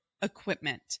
equipment